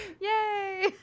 Yay